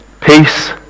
peace